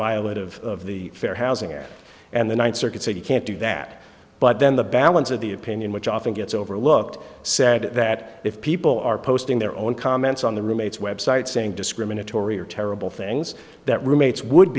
violent of the fair housing act and the ninth circuit said you can't do that but then the balance of the opinion which often gets overlooked said that if people are posting their own comments on the roommate's website saying discriminatory or terrible things that roommates would